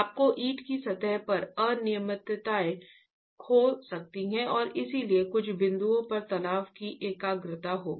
आपको ईंट की सतह पर अनियमितताएं हो सकती हैं और इसलिए कुछ बिंदुओं पर तनाव की एकाग्रता होगी